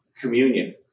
communion